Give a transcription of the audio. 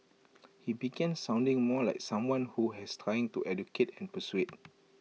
he began sounding more like someone who has trying to educate and persuade